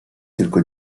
tylko